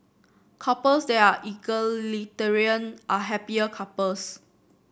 couples that are egalitarian are happier couples